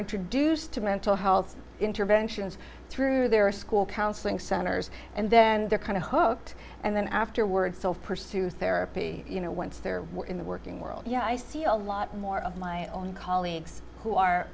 introduced to mental health interventions through their school counseling centers and then they're kind of hooked and then afterwards pursue therapy you know once they're in the working world yeah i see a lot more of my own colleagues who